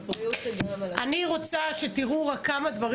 שמי מני, אני מפקד ימ"ר